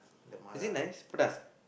is it nice pedas